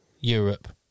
Europe